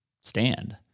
stand